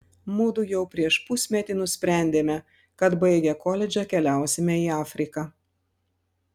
mudu jau prieš pusmetį nusprendėme kad baigę koledžą keliausime į afriką